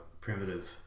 primitive